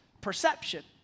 perception